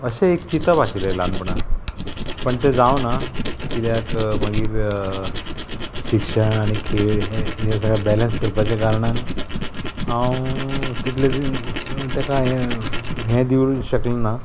अशें एक चिंतप आशिल्लें ल्हानपणान पण तें जावना कित्याक मागीर शिक्षण आनी खेळ हें सगळें बेलंस करपाचे कारणान हांव तितले तेका हे दिवूंक शकलो ना